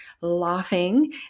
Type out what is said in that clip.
laughing